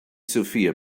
sophia